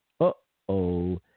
Uh-oh